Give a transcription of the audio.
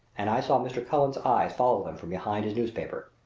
and i saw mr. cullen's eyes follow them from behind his newspaper.